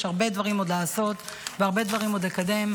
יש הרבה דברים עוד לעשות והרבה דברים עוד לקדם.